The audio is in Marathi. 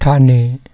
ठाणे